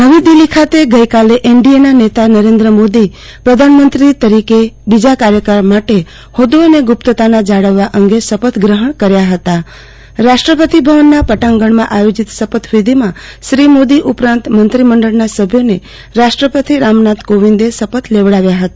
પ્રધાનમંત્રી શપથ સમારોહ્ ગઈ કાલે એનડીએના નેતા પ્રધાનમંત્રી નરેન્દ્ર મોદી પ્રધાનમંત્રી તરીકે બીજા કાર્યકાળ માટે હોદો અને ગુપ્તતા જાળવવા અંગે શપથ ગ્રહ્ણ કર્યા રાષ્ટ્રપતિ ભવનના પટાંગણમાં આયોજીત શપથવિધીમાં શ્રી મોદી ઉપરાંત મંત્રીમંડળના સભ્યોને રાષ્ટ્રપતિ રામનાથ કોવિંદે શપથ લેવડાવ્યા હતા